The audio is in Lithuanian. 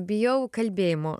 bijau kalbėjimo